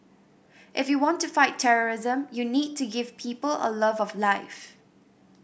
if you want to fight terrorism you need to give people a love of life